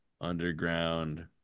Underground